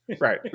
Right